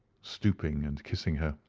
stooping and kissing her.